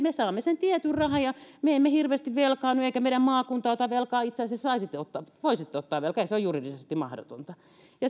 me saamme sen tietyn rahan ja me emme hirveästi velkaannu eikä meidän maakunta ota velkaa itse asiassa saisitte ja voisitte ottaa velkaa ei se ole juridisesti mahdotonta